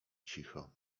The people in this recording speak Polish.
cicho